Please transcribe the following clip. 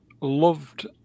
loved